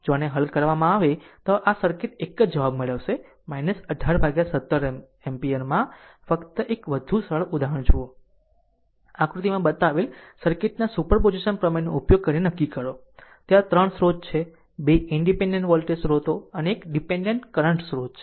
જો આને હલ કરવામાં આવે તો આ સર્કિટ એક જ જવાબ મેળવશે 18 ભાગ્યા 17 એમ્પીયરમાં ફક્ત એક વધુ સરળ ઉદાહરણ જુઓ આકૃતિમાં બતાવેલ સર્કિટના સુપરપોઝિશન પ્રમેયનો ઉપયોગ કરીને નક્કી કરો ત્યાં 3 સ્રોત છે 2 ઈનડીપેન્ડેન્ટ વોલ્ટેજ સ્રોતો અને એક ઈનડીપેન્ડેન્ટ કરંટ સ્ત્રોત છે